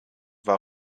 war